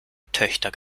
töchter